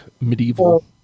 medieval